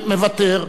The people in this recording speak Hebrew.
מוותר.